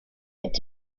est